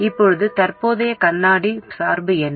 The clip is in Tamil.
இப்போது தற்போதைய கண்ணாடி சார்பு என்ன